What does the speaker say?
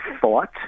thought